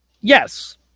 Yes